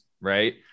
right